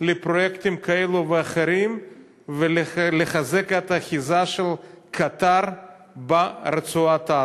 לפרויקטים כאלה ואחרים ולחזק את האחיזה של קטאר ברצועת-עזה.